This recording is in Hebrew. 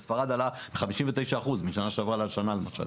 בספרד זה עלה ב-59% משנה שעברה לשנה זו, למשל.